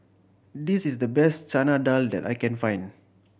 this is the best Chana Dal that I can find